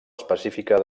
específica